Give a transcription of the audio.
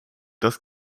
das